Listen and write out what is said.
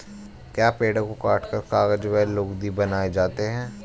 क्या पेड़ों को काटकर कागज व लुगदी बनाए जाते हैं?